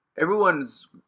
everyone's